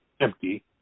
empty